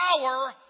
power